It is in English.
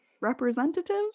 Representative